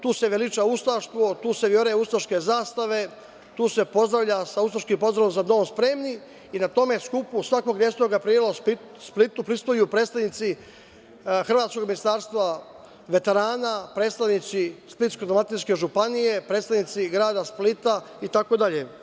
Tu se veliča ustaštvo, tu se viore ustaške zastave, tu se pozdravlja sa ustaškim pozdravom – za dom spremni i na tom skupu svakog 10. aprila u Splitu prisustvuju predstavnici hrvatskog Ministarstva veterana, predstavnici Splitsko-dalmatinske županije, predstavnici grada Splita itd.